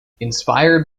inspired